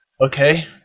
Okay